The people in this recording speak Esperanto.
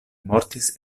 mortis